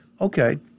Okay